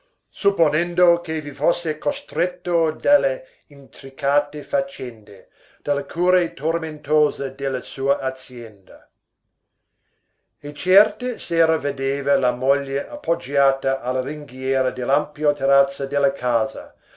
supponendo che vi fosse costretto dalle intricate faccende dalle cure tormentose della sua azienda e certe sere vedeva la moglie appoggiata alla ringhiera dell'ampio terrazzo della casa